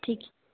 ঠিক